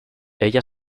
ella